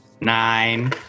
Nine